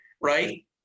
right